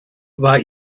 war